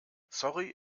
sorry